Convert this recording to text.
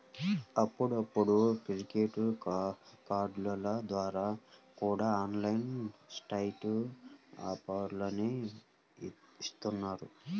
అప్పుడప్పుడు క్రెడిట్ కార్డుల ద్వారా కూడా ఆన్లైన్ సైట్లు ఆఫర్లని ఇత్తన్నాయి